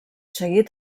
seguit